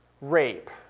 rape